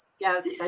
yes